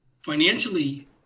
financially